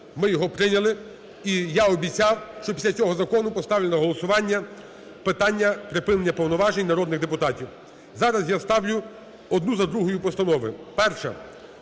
ми його прийняли, і я обіцяв, що після цього закону поставлю на голосування питання припинення повноважень народних депутатів. Зараз я ставлю одну за другою постанови.